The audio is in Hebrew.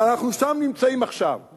אבל אנחנו נמצאים שם עכשיו.